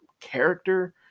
character